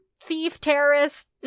thief-terrorist